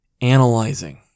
analyzing